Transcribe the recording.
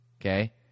Okay